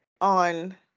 on